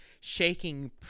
shaking